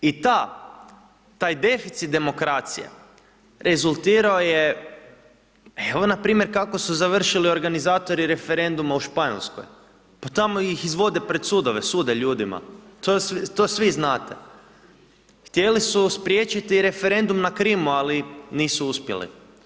I ta, taj deficit demokracije, rezultirao je, evo npr. kako su završili organizatori referenduma u Španjolskoj, pa tamo ih izvode pred sudove, sude ljudima, to svi znate, htjeli su spriječiti referendum na Krimu, ali nisu uspjeli.